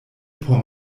por